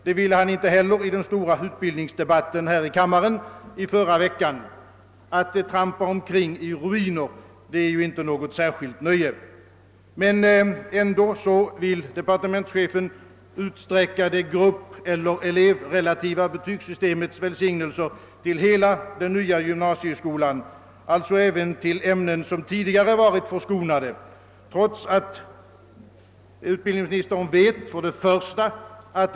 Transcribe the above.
Det ville han inte heller i den stora utbildningsdebatten här i kammaren förra veckan — att trampa omkring i ruiner är inte något nöje. Ändå vill departementschefen utsträcka det gruppeller elevrelativa betygssystemets välsignelser till hela den nya gymnasieskolan, alltså även till ämnen som tidigare varit förskonade, trots att utbildningsministern vet för det första att.